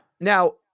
Now